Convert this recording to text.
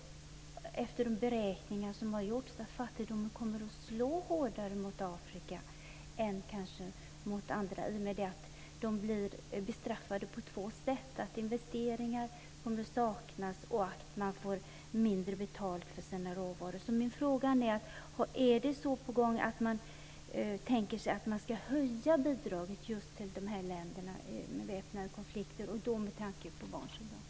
Efter beräkningar som har gjorts vet vi att fattigdomen kommer att slå hårdare mot Afrika än kanske mot andra länder, i och med att man blir bestraffad på två sätt - investeringar kommer att saknas, och man får mindre betalt för sina råvaror. Min fråga är: Tänker man höja bidraget till just dessa länder med väpnade konflikter med tanke på barnsoldaterna?